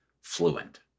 fluent